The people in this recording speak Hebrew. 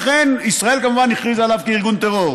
ישראל כמובן הכריזה עליו כעל ארגון טרור.